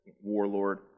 warlord